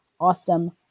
awesome